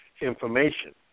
information